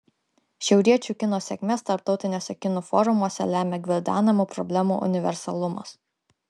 šiauriečių kino sėkmes tarptautiniuose kino forumuose lemia gvildenamų problemų universalumas